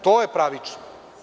To je pravično.